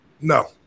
No